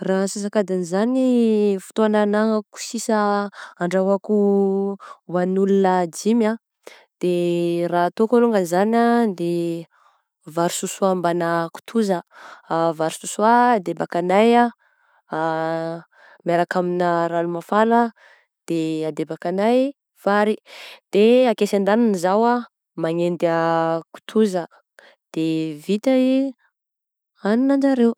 Raha asasak'adiny zany fotoana ananako sisa handrahoako hoan'ny olona dimy ah, de raha ataoko alongany zany ah, de vary sosoa mbana kitoza, vary sosoa adebakanay miaraka amigna ragno mafana de adebakanay vary, de akesy andaniny izao ah manendy kitoza de vita i hanina anjareo.